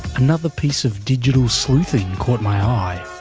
another piece of digital sleuthing caught my eye.